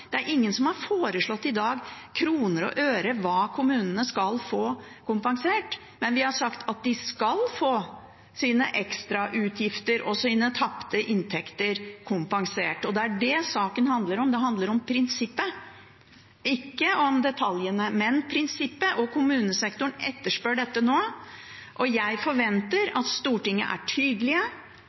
Det er ingen i dag som har foreslått i kroner og øre hva kommunene skal få kompensert, men vi har sagt at de skal få sine ekstrautgifter og sine tapte inntekter kompensert. Det er dét saken handler om. Det handler om prinsippet – ikke om detaljene, men om prinsippet. Kommunesektoren etterspør dette nå, og jeg forventer at storting og regjering er tydelig,